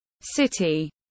City